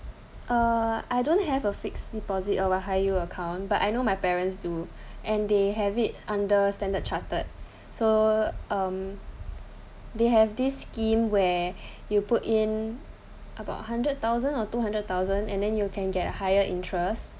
uh I don't have a fixed deposit or a high yield account but I know my my parents do and they have it under standard chartered so uh they have this scheme where you put in about hundred thousand or two hundred thousand and then you can get higher interest